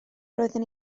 roedden